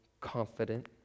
confident